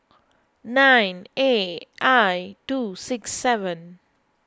nine A I two six seven